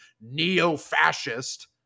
neo-fascist